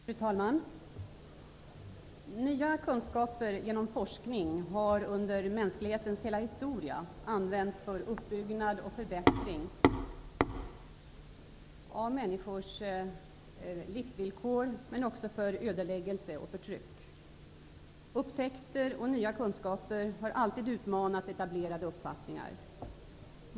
Fru talman! Nya kunskaper genom forskning har under mänsklighetens hela historia använts för uppbyggnad och förbättring av människors livsvillkor men också för ödeläggelse och förtryck. Upptäckter och nya kunskaper har alltid utmanat etablerade uppfattningar.